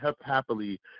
happily